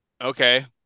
Okay